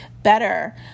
better